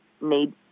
need